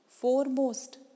foremost